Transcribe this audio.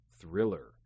thriller